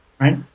right